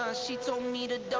ah she so needed,